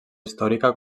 històrica